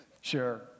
Sure